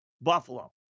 Buffalo